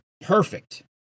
perfect